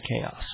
chaos